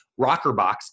Rockerbox